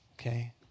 Okay